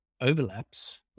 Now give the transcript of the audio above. overlaps